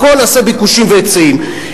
הכול נעשה ביקושים והיצעים,